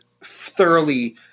thoroughly